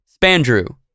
Spandrew